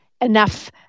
enough